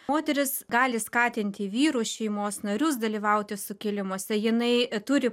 moteris gali skatinti vyrus šeimos narius dalyvauti sukilimuose jinai turi